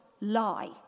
lie